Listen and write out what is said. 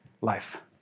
Life